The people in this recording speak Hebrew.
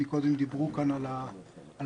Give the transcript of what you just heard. קודם דיברו כאן על הקשיים,